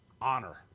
Honor